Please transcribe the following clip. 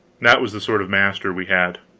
that was the sort of master we had.